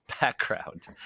background